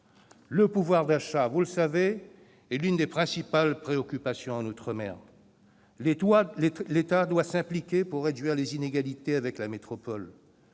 Le pouvoir d'achat, vous le savez, est l'une des principales préoccupations en outre-mer. L'État doit s'impliquer pour réduire les inégalités avec la métropole.